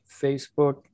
Facebook